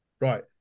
Right